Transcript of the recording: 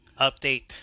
Update